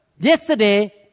Yesterday